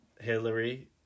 Hillary